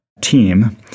team